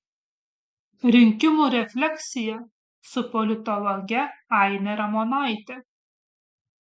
rinkimų refleksija su politologe aine ramonaite